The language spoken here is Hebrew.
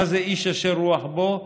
מה זה "איש אשר רוח בו"?